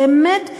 באמת,